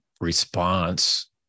response